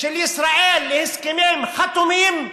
של ישראל להסכמים חתומים,